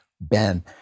Ben